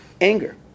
anger